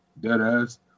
Deadass